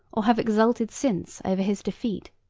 or have exulted since, over his defeat.